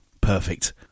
perfect